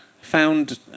found